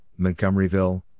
Montgomeryville